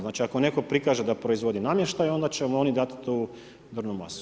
Znači, ako netko prikaže da proizvodi namještaj, onda će mu oni dati tu drvnu masu.